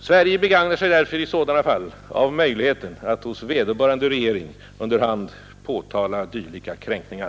Sverige begagnar sig därför i sådana fall av möjligheten att hos vederbörande regering under hand påtala dylika kränkningar.